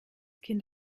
kind